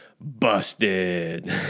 Busted